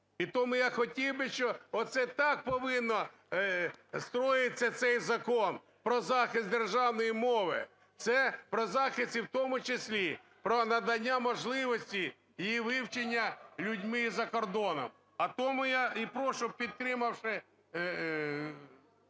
І тому я хотів би, що оце так повинно... створюється цей закон про захист державної мови. Це про захист і в тому числі про надання можливості її вивчення людьми і за кордоном. А тому я і прошу, підтримавши...